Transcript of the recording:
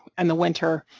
and the winter,